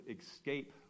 escape